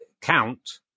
count